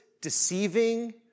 deceiving